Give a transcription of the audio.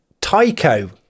tyco